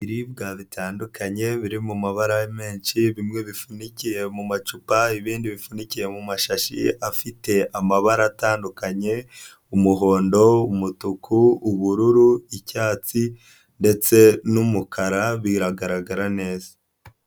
Ibiribwa bitandukanye, biri mu mabara menshi bimwe bifunikiye mu macupa ibindi bifunikiye mu mashashi afite amabara atandukanye, umuhondo, umutuku, ubururu, icyatsi, ndetse n'umukara, biragaragara neza.